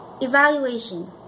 Evaluation